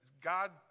God